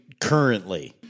currently